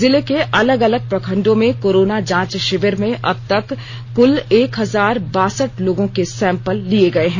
जिले के अलग अलग प्रखंडों में कोरोना जांच शिविर में अब तक कुल एक हजार बासठ लोगों के सैंपल लिये गए हैं